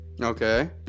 Okay